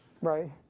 Right